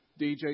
DJ